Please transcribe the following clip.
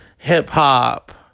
Hip-hop